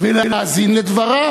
ולהאזין לדברה?